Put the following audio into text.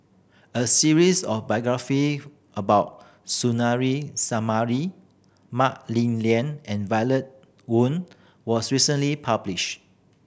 a series of biography about Suzairhe Sumari Mah Li Lian and Violet Oon was recently published